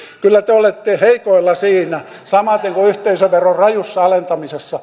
eli kyllä te olette heikoilla siinä samaten kuin yhteisöveron rajussa alentamisessa